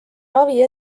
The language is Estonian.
ravi